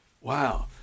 Wow